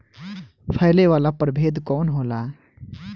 फैले वाला प्रभेद कौन होला?